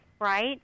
Right